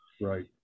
Right